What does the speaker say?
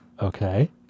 Okay